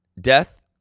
Death